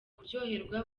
kuryoherwa